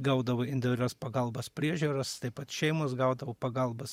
gaudavo individualios pagalbos priežiūras taip pat šeimos gaudavo pagalbas